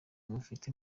mufite